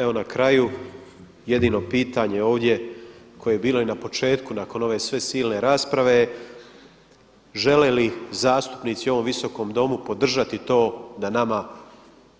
Evo na kraju jedino pitanje ovdje koje je bilo i na početku nakon ove sve silne rasprave, žele li zastupnici u ovom visokom Domu podržati to da nama